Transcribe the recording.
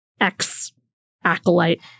ex-Acolyte